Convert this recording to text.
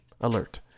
alert